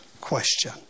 question